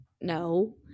No